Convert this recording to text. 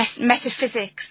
metaphysics